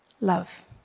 love